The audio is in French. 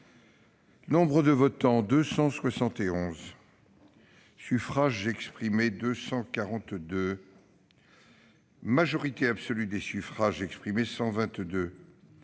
Nombre de votants : 271 Suffrages exprimés : 242 Majorité absolue des suffrages exprimés : 122